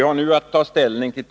Herr talman!